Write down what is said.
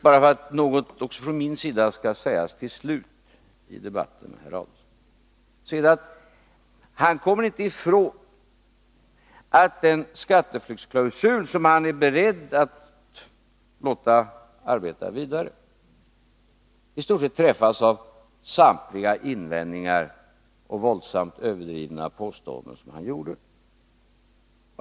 Bara för att något också från min sida skall sägas till slut i debatten med herr Adelsohn vill jag säga att han inte kommer ifrån att den skatteflyktsklausul som han är beredd att låta arbeta vidare träffas av i stort sett samtliga invändningar och våldsamt överdrivna påståenden som han gjorde.